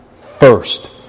first